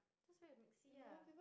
just wear a maxi ah